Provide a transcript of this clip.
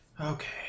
Okay